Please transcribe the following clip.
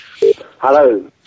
hello